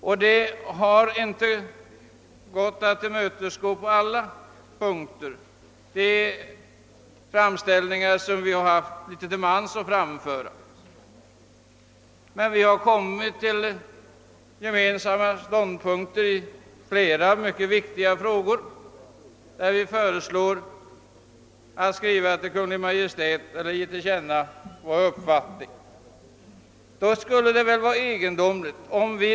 Utskottet har inte kunnat enas på samtliga punkter, men vi har kommit fram till gemensamma ståndpunkter i flera mycket viktiga frågor där vi föreslår skrivelser till Kungl. Maj:t med tillkännagivanden eller andra yrkanden.